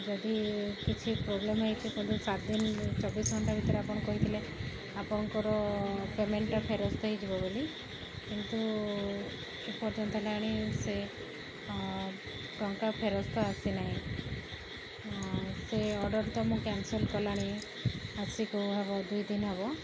ଯଦି କିଛି ପ୍ରୋବ୍ଲେମ ହୋଇକି କନ୍ତୁ ସାତ ଦିନ ଚବିଶ ଘଣ୍ଟା ଭିତରେ ଆପଣ କହିଥିଲେ ଆପଣଙ୍କର ପେମେଣ୍ଟଟା ଫେରସ୍ତ ହୋଇଯିବ ବୋଲି କିନ୍ତୁ ଏପର୍ଯ୍ୟନ୍ତ ହେଲାଣି ସେ ଟଙ୍କା ଫେରସ୍ତ ଆସିନାହିଁ ସେ ଅର୍ଡର୍ ତ ମୁଁ କ୍ୟାନସଲ୍ କଲିଣି ଆସକୁ ହେବ ଦୁଇ ଦିନ ହେବ